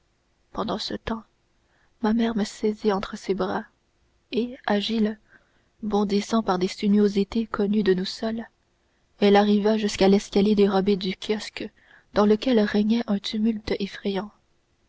pendant ce temps ma mère me saisit entre ses bras et agile bondissant par des sinuosités connues de nous seules elle arriva jusqu'à un escalier dérobé du kiosque dans lequel régnait un tumulte effrayant